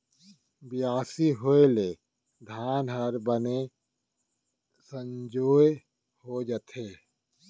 बियासी होय ले धान ह बने संजोए हो जाथे